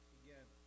again